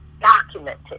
documented